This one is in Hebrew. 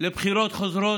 לבחירות חוזרות,